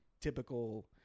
typical